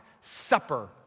Supper